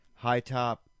high-top